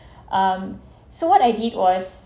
um so what I did was